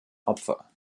opfer